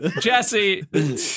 Jesse